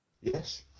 Yes